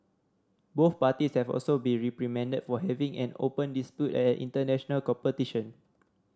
both parties have also been reprimanded for having an open dispute at an international competition